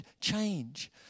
change